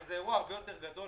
אבל זה אירוע הרבה יותר גדול,